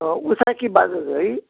उषा कि बजाज है